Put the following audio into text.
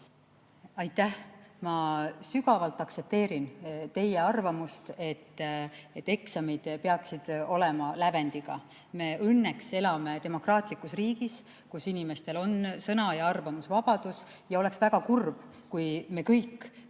Aitäh! Ma sügavalt aktsepteerin teie arvamust, et eksamid peaksid olema lävendiga. Me õnneks elame demokraatlikus riigis, kus inimestel on sõna‑ ja arvamusvabadus, ja oleks väga kurb, kui me kõik kui